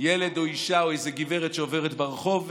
ילד או אישה או איזו גברת שעוברת ברחוב,